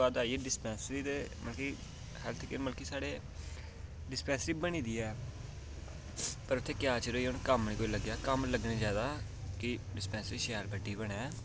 होर साढ़ी गौरमेंट अग्गें पैह्लें इयै कि ग्राऊंड फिर ओह्दे बाद आई डिस्पैंसरी की मतलब हैल्थ केयर साढ़े डिस्पैंसरी बनी दी ऐ पर क्या चिर होआ उत्थें कम्म निं लग्गेआ कम्म होना चाहिदा की उत्थें डिस्पैंसरी बड्डी बने कि कोई